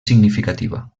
significativa